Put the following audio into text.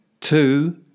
two